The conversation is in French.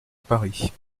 paris